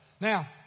Now